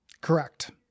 Correct